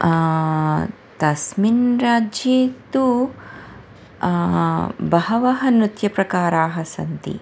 तस्मिन् राज्ये तु बहवः नृत्यप्रकाराः सन्ति